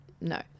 No